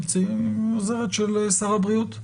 עם עוזרת של שר הבריאות,